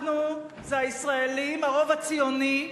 אנחנו זה הישראלים, הרוב הציוני.